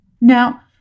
Now